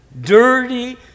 dirty